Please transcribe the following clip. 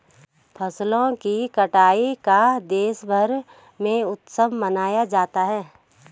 फसलों की कटाई का देशभर में उत्सव मनाया जाता है